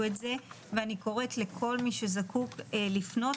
את זה ואני קוראת לכל מי שזקוק לפנות,